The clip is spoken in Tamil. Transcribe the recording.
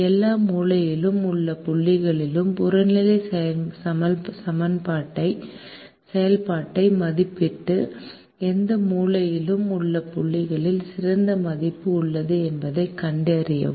எல்லா மூலையில் உள்ள புள்ளிகளிலும் புறநிலை செயல்பாட்டை மதிப்பிட்டு எந்த மூலையில் உள்ள புள்ளிக்கு சிறந்த மதிப்பு உள்ளது என்பதைக் கண்டறியவும்